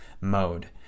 mode